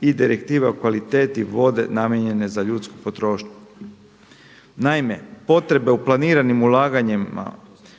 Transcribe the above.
i direktive o kvaliteti vode namijenjene za ljudsku potrošnju. Naime, potrebe u planiranim ulaganjima